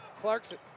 Clarkson